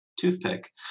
Toothpick